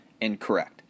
incorrect